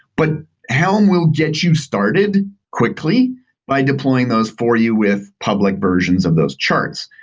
but helm will get you started quickly by deploying those for you with public versions of those charts.